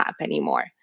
anymore